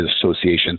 Association